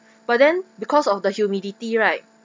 but then because of the humidity right